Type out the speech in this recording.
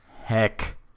Heck